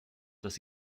dass